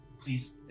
please